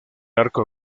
arco